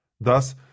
Thus